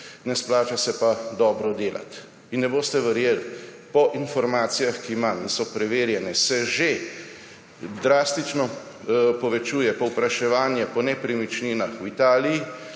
ne splača se pa dobro delati. In ne boste verjeli, po informacijah, ki jih imam in so preverjene, se že drastično povečuje povpraševanje po nepremičninah v Italiji,